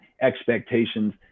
expectations